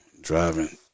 Driving